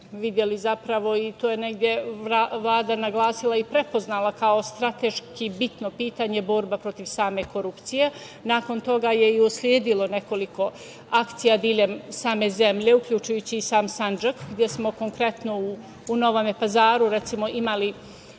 videli, to je negde Vlada naglasila i prepoznala kao strateški bitno pitanje – borba protiv same korupcije, nakon toga je i usledilo nekoliko akcija delom same zemlje, uključujući i sam Sandžak, gde smo konkretno u Novom Pazaru, recimo, imali